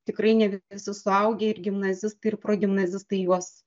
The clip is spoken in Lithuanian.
tikrai ne visi suaugę ir gimnazistai ir progimnazistai juos